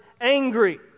angry